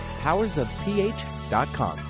powersofph.com